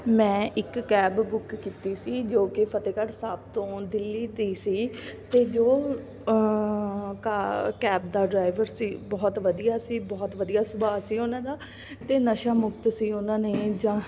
ਮੈਂ ਇੱਕ cab book ਕੀਤੀ ਸੀ ਜੋ ਕਿ ਫਤਿਹਗੜ੍ਹ ਸਾਹਿਬ ਤੋਂ ਦਿੱਲੀ ਦੀ ਸੀ ਅਤੇ ਜੋ ਕਾ ਕੈਬ ਦਾ ਡਰਾਈਵਰ ਸੀ ਬਹੁਤ ਵਧੀਆ ਸੀ ਬਹੁਤ ਵਧੀਆ ਸੁਭਾਅ ਸੀ ਉਹਨਾਂ ਦਾ ਅਤੇ ਨਸ਼ਾ ਮੁਕਤ ਸੀ ਉਹਨਾਂ ਨੇ ਜਾਂ